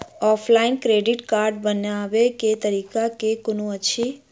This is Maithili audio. ऑफलाइन क्रेडिट कार्ड बनाबै केँ तरीका केँ कुन अछि?